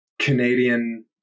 Canadian